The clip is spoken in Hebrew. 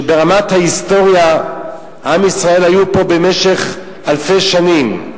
שברמת ההיסטוריה עם ישראל היה פה במשך אלפי שנים.